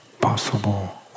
possible